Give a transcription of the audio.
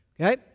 okay